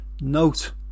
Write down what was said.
note